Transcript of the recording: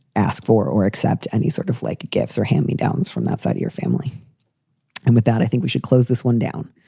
ask for or accept any sort of like gifts or hand me downs from that side of your family and without. i think we should close this one down.